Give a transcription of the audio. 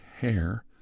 hair